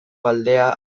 aldea